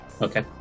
Okay